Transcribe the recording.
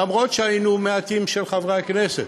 אף שהיינו מעט חברי כנסת,